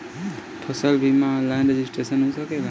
फसल बिमा online registration हो सकेला?